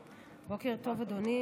בוקר טוב, אדוני.